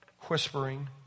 whispering